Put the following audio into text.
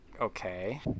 Okay